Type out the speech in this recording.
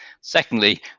Secondly